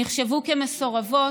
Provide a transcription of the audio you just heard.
נחשבו כמסורבות,